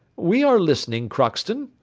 we are listening, crockston,